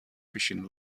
fishing